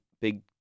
big